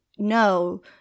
No